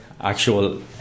actual